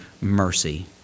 mercy